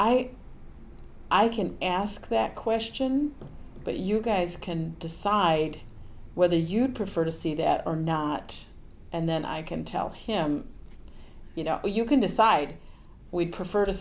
i i can ask that question but you guys can decide whether you'd prefer to see that or not and then i can tell him you know you can decide we'd prefer to